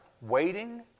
waiting